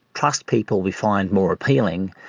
trust people we find more appealing,